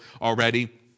already